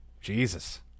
Jesus